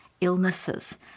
illnesses